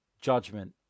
judgment